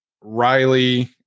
riley